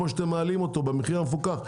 כמו שאתם מעלים את המחיר המפוקח,